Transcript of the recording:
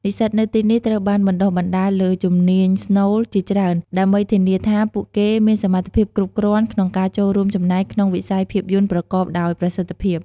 និស្សិតនៅទីនេះត្រូវបានបណ្ដុះបណ្ដាលលើ ជំនាញស្នូល ជាច្រើន ដើម្បីធានាថាពួកគេមានសមត្ថភាពគ្រប់គ្រាន់ក្នុងការចូលរួមចំណែកក្នុងវិស័យភាពយន្តប្រកបដោយប្រសិទ្ធភាព។